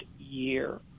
year